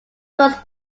puts